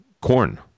corn